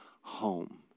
home